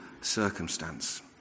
circumstance